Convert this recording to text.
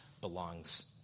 belongs